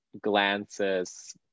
glances